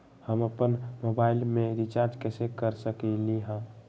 हम अपन मोबाइल में रिचार्ज कैसे कर सकली ह?